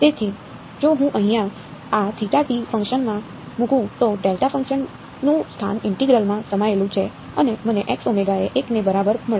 તેથી જો હું અહીં આ ફંકશનમાં મુકું તો ડેલ્ટા ફંક્શન નું સ્થાન ઇન્ટિગ્રલ માં સમાયેલું છે અને મને એ 1 ને બરાબર મળશે